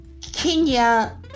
Kenya